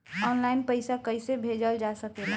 आन line पईसा कईसे भेजल जा सेकला?